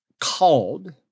called